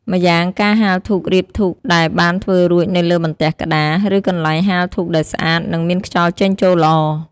ម្យ៉ាងការហាលធូបរៀបធូបដែលបានធ្វើរួចនៅលើបន្ទះក្តារ ឬកន្លែងហាលធូបដែលស្អាត និងមានខ្យល់ចេញចូលល្អ។